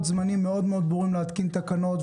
זמנים מאוד מאוד ברורים להתקנת תקנות,